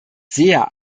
sehr